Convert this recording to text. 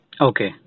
Okay